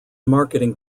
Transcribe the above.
marketing